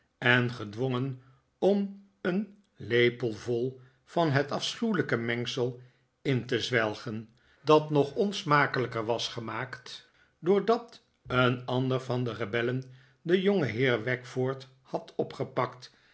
en gedwongen om een lepelvol van het afschuwelijke mengsel in te zwelgen dat nog onsmakelijker was gemaakt doordat een ander van de rebellen den jongenheer wackford had opgepakt